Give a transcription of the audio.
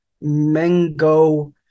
mango